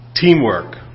teamwork